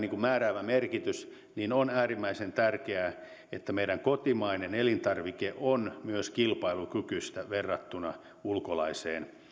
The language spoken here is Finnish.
määräävä merkitys on äärimmäisen tärkeää että meidän kotimainen elintarvike on myös kilpailukykyinen verrattuna ulkolaiseen